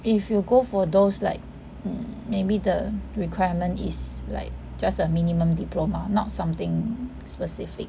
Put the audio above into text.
if you go for those like maybe the requirement is like just a minimum diploma not something specific